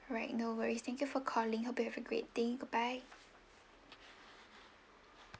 right no worries thank you for calling hope you have a great day goodbye